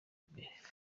imbere